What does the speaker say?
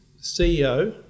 CEO